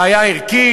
בעיה ערכית.